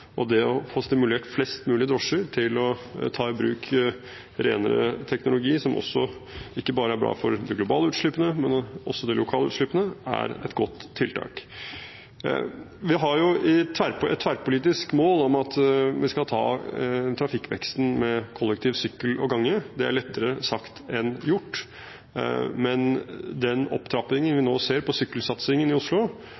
Det å få stimulert flest mulig drosjer til å ta i bruk renere teknologi, som ikke bare er bra for de globale utslippene, men også for de lokale utslippene, er et godt tiltak. Vi har et tverrpolitisk mål om at vi skal ta trafikkveksten med kollektivtransport, sykkel og gange – det er lettere sagt enn gjort. Men den opptrappingen vi